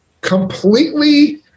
completely